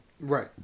right